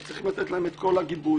צריכים לתת להם את כל הגיבוי,